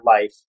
life